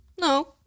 no